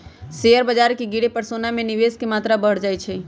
share बाजार के गिरे पर सोना में निवेश के मत्रा बढ़ जाइ छइ